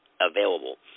Available